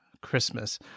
Christmas